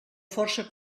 força